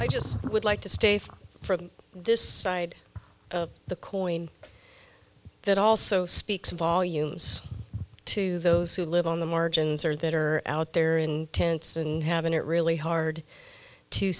i just would like to stay for this side of the coin that also speaks volumes to those who live on the margins or that are out there in tents and having it really hard to